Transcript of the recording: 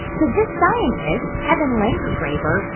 so this scientist, kevin langergraber,